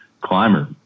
climber